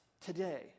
today